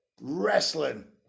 wrestling